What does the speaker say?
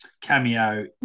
cameo